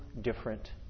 different